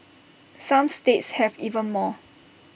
some states have even more